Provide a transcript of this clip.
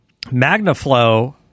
Magnaflow